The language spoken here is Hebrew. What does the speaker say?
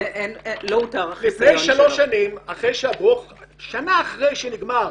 אחרי שלוש שנים, שנה אחרי שנגמר,